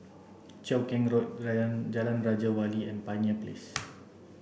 Cheow Keng Road Jalan Raja Wali and Pioneer Place